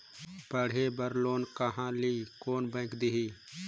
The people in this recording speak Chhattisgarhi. पढ़े बर लोन कहा ली? कोन बैंक देही?